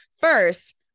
first